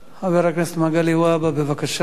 חבר הכנסת מגלי והבה, בבקשה.